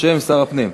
בשם שר הפנים.